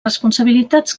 responsabilitats